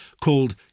called